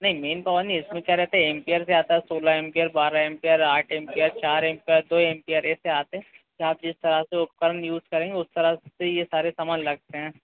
नहीं main power नहीं इस में क्या रहता एम्पियर से आता सोलह एम्पियर बारह एम्पियर आठ एम्पियर चार एम्पियर दो एम्पियर एसे आते हें तो आप जिस तरह से उपकरण यूज़ करेंगे उस तरह से ये सारे सामान लगते हैं